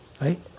Right